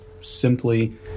simply